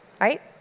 right